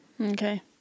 okay